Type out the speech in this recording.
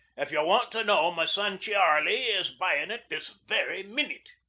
if ye want to know, my son chearlie is buyin' it this very minute.